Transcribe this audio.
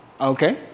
Okay